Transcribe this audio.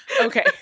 okay